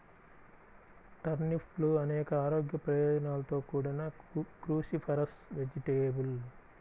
టర్నిప్లు అనేక ఆరోగ్య ప్రయోజనాలతో కూడిన క్రూసిఫరస్ వెజిటేబుల్